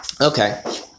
Okay